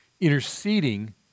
interceding